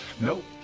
Nope